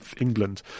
England